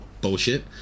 bullshit